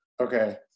Okay